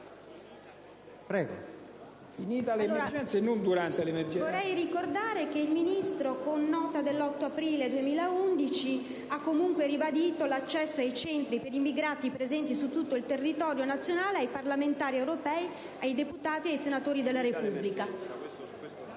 VIALE, *sottosegretario di Stato per l'interno*. Vorrei ricordare che il Ministro, con nota dell'8 aprile 2011, ha comunque ribadito l'accesso ai Centri per immigrati presenti su tutto il territorio nazionale ai parlamentari europei, ai deputati e ai senatori della Repubblica.